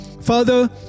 Father